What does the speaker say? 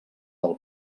del